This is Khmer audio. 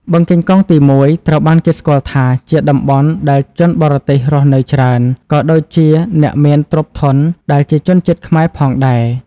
បឹងកេងកងទី១ ត្រូវបានគេស្គាល់ថាជាតំបន់ដែលជនបរទេសរស់នៅច្រើន ក៏ដូចជាអ្នកមានទ្រព្យធនដែលជាជនជាតិខ្មែរផងដែរ។